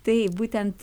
tai būtent